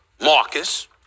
Marcus